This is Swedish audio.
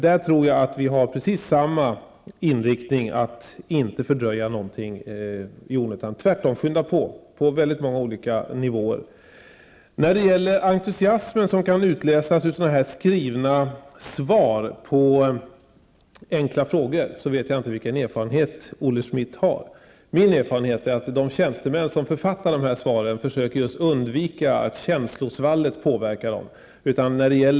Där har vi precis samma inriktning, nämligen att inte fördröja någonting i onödan utan tvärtom påskynda när det gäller väldigt många olika nivåer. Beträffande den entusiasm som kan utläsas ur skrivna svar på enkla frågor, vet jag inte vilken erfarenhet Olle Schmidt har. Min erfarenhet är att de tjänstemän som författar svaren försöker att undvika att låta sig påverkas av något känslosvall.